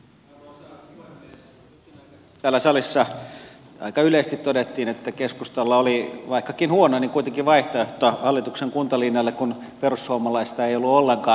jokin aika sitten täällä salissa aika yleisesti todettiin että keskustalla oli vaikkakin huono niin kuitenkin vaihtoehto hallituksen kuntalinjalle kun perussuomalaisilta ei ollut ollenkaan